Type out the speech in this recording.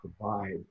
provide